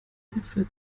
hilfe